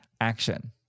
Action